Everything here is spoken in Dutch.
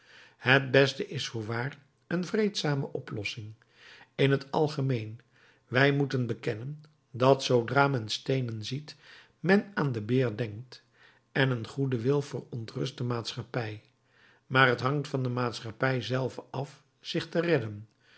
het beste is voorwaar een vreedzame oplossing in t algemeen wij moeten bekennen dat zoodra men steenen ziet men aan den beer denkt en een goede wil verontrust de maatschappij maar het hangt van de maatschappij zelve af zich te redden